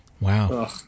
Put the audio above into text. Wow